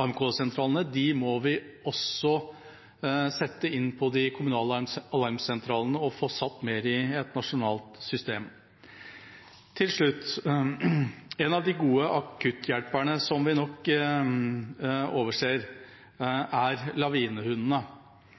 AMK-sentralene. Disse må vi også sette inn på de kommunale alarmsentralene og få satt mer inn i et nasjonalt system. Til slutt: En av de gode akutthjelperne som vi nok overser, er lavinehundene.